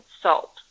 salt